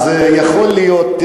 אז יכול להיות,